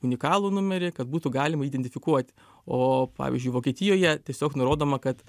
unikalų numerį kad būtų galima identifikuoti o pavyzdžiui vokietijoje tiesiog nurodoma kad